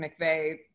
McVeigh